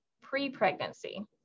pre-pregnancy